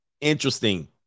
Interesting